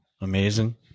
amazing